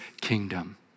kingdom